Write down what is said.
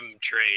trade